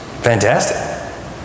fantastic